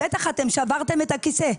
בטח אתם שברתם את הכיסא.